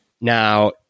Now